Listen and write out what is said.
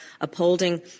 upholding